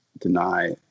deny